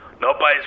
Nobody's